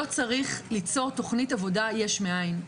לא צריך ליצור תוכנית עבודה יש מאין.